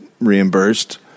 reimbursed